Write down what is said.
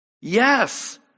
Yes